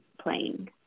playing